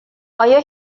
آیا